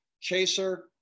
chaser